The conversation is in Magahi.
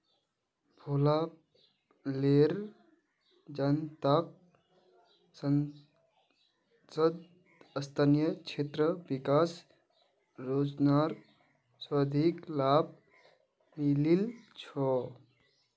भोपालेर जनताक सांसद स्थानीय क्षेत्र विकास योजनार सर्वाधिक लाभ मिलील छ